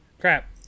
crap